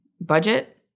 budget